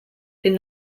den